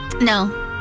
No